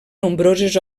nombroses